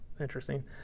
Interesting